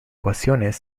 ecuaciones